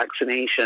vaccination